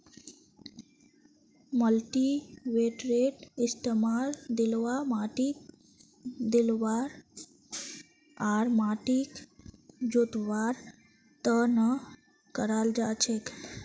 कल्टीवेटरेर इस्तमाल ढिलवा माटिक मिलव्वा आर माटिक जोतवार त न कराल जा छेक